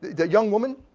the young woman,